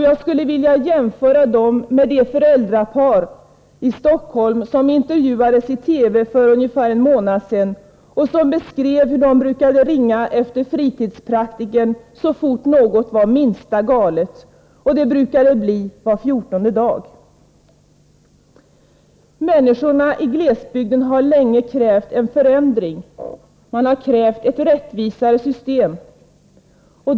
Jag skulle vilja jämföra dem med de föräldrapar i Stockholm som intervjuades i TV för ungefär en månad sedan och som beskrev hur de brukade ringa efter fritidspraktikern så snart något var det minsta galet, och det brukade bli var fjortonde dag. Människorna i glesbygden har länge krävt en förändring, ett rättvisare system.